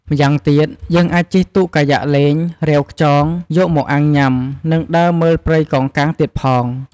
ម្យ៉ាងទៀតយើងអាចជិះទូកកាយយ៉ាកលេង រាវខ្យង យកមកអាំងញុំា នឹងដើរមើលព្រៃកោងកាងទៀតផង។